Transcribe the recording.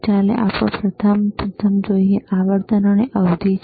ચાલો આપણે પ્રથમ જોઈએ જે આવર્તન અને અવધિ છે